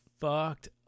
fucked